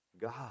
God